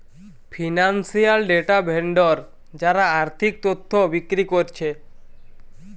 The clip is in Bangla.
ফিনান্সিয়াল ডেটা ভেন্ডর যারা আর্থিক তথ্য বিক্রি কোরছে